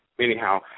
anyhow